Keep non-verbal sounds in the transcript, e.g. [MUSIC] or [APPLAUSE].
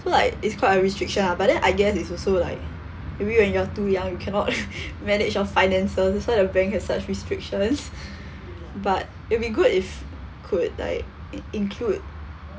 so like it's quite a restriction ah but then I guess is also like maybe when you're too young you cannot [LAUGHS] manage your finances so the bank has such restrictions [LAUGHS] but it would be good if could like include